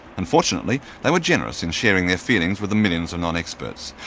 and fortunately they were generous in sharing their feelings with the millions of non-experts,